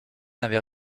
n’avait